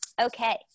okay